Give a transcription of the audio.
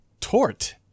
Tort